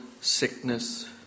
sickness